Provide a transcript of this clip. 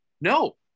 No